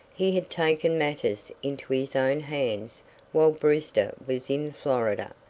he had taken matters into his own hands while brewster was in florida,